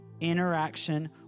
interaction